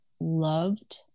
loved